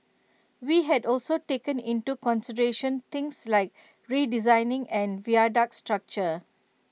we had also taken into consideration things like redesigning and viaduct structure